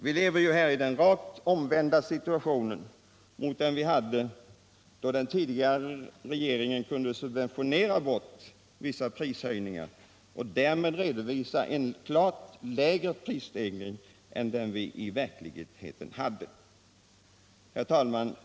Vi lever nu i en helt annan situation än den vi hade då regeringen kunde subventionera bort vissa prishöjningar och därmed redovisa en prisstegring som var klart lägre än den vi i verkligheten hade. Herr talman!